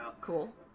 cool